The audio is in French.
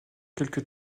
quelque